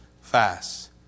fast